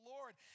Lord